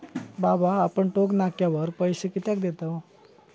बाबा आपण टोक नाक्यावर पैसे कित्याक देतव?